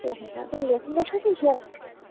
ল্যাহেঙ্গা তো ল্যাহেঙ্গার সাথে এই হেয়ার স্টাইলটা